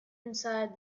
inside